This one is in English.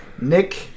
Nick